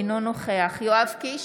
אינו נוכח יואב קיש,